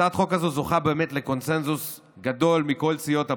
הצעת החוק הזאת זוכה באמת לקונסנזוס גדול מכל סיעות הבית.